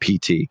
pt